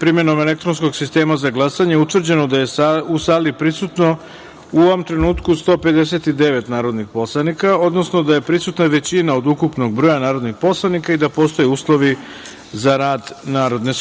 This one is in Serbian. primenom elektronskog sistema za glasanje, utvrđeno da je u sali prisutno u ovom trenutku 159 narodnih poslanika, odnosno da je prisutna većina od ukupnog broja narodnih poslanika i da postoje uslovi za rad Narodne